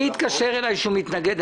מי התקשר אליי ואמר שהוא מתנגד?